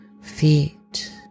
feet